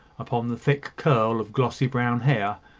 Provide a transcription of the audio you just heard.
upon the thick curl of glossy brown hair,